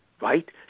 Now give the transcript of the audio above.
Right